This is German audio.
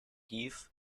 heath